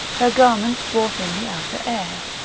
her garments brought in the outer air,